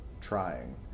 trying